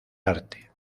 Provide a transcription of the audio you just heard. arte